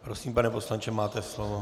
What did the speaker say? Prosím, pane poslanče, máte slovo.